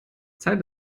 zeit